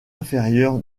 inférieur